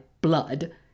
blood